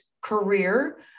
career